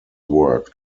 work